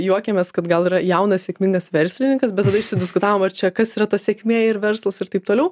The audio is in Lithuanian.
juokiamės kad gal yra jaunas sėkmingas verslininkas bet tada išsidiskutavom ar čia kas yra ta sėkmė ir verslas ir taip toliau